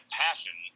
passion